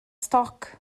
stoc